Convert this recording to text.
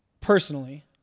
Personally